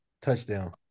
touchdown